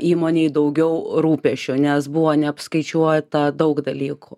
įmonei daugiau rūpesčio nes buvo neapskaičiuota daug dalykų